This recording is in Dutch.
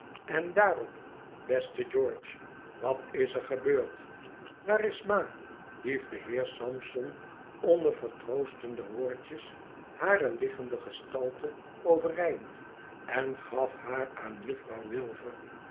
en daarop i beste george wat is er gebeurd waar is ma hief de heer sampson onder vertroostende woordjes hare liggende gestalte overeind en gaf haar aan juouw